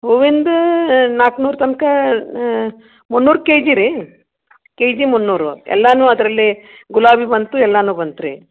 ಹೂವಿಂದು ನಾಲ್ಕು ನೂರು ತನಕ ಮುನ್ನೂರು ಕೆ ಜಿ ರೀ ಕೆ ಜಿ ಮುನ್ನೂರು ಎಲ್ಲನೂ ಅದರಲ್ಲೇ ಗುಲಾಬಿ ಬಂತು ಎಲ್ಲನೂ ಬಂತು ರೀ